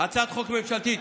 הצעת חוק ממשלתית.